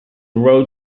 road